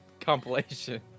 compilation